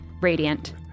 radiant